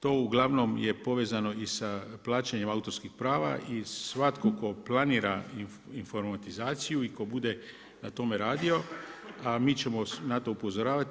To uglavnom je povezano i sa plaćanjem autorskih prava i svatko tko planira informatizaciju i tko bude na tome radio mi ćemo na to upozoravati.